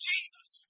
Jesus